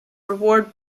reward